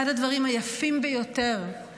אחד הדברים היפים ביותר על